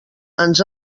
ens